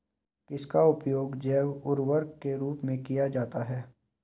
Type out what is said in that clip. किसका उपयोग जैव उर्वरक के रूप में किया जाता है?